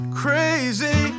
crazy